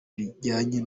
rijyanye